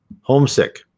homesick